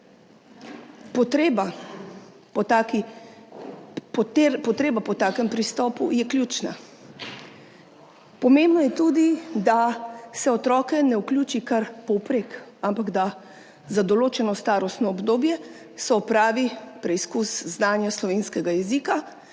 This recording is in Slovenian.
Potreba po takem pristopu je ključna. Pomembno je tudi, da se otrok ne vključi kar povprek, ampak da se za določeno starostno obdobje opravi preizkus znanja slovenskega jezika